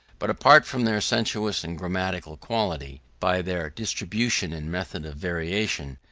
but apart from their sensuous and grammatical quality, by their distribution and method of variation,